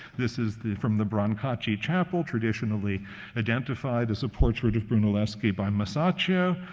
this is from the brancacci chapel, traditionally identified as a portrait of brunelleschi by masaccio.